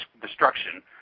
destruction